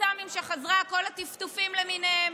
הקסאמים חזרה וכל הטפטופים למיניהם,